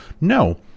no